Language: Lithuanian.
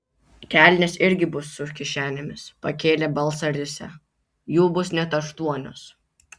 kelnės irgi bus su kišenėmis pakėlė balsą risią jų bus net aštuonios